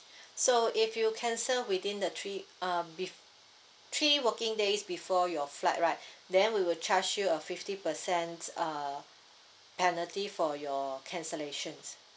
so if you cancel within the three uh bef~ three working days before your flight right then we will charge you a fifty percent uh penalty for your cancellations